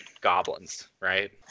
goblins—right